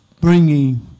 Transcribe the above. bringing